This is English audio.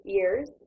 years